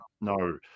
no